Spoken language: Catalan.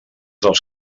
dels